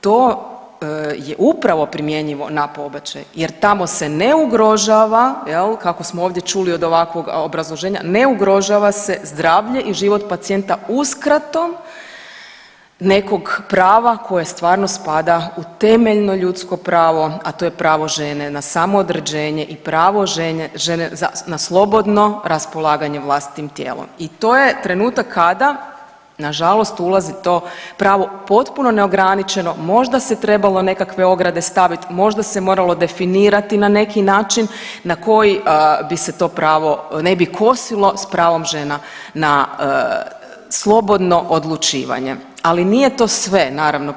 To je upravo primjenjivo na pobačaj jer tamo se ne ugrožava, je li, kako smo ovdje čuli od ovakvog obrazloženja, ne ugrožava se zdravlje i život pacijenta uskratom nekog prava koje stvarno spada u temeljno ljudsko pravo, a to je pravo žene na samoodređene i pravo žene na slobodno raspolaganje vlastitim tijelom i to je trenutak kada nažalost ulazi to pravo potpuno neograničeno, možda se trebalo nekakve ograde staviti, možda se moralo definirati na neki način na koji bi se to pravo, ne bi kosilo s pravom žena na slobodno odlučivanje, ali nije to sve, naravno.